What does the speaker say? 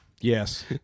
Yes